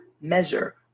measure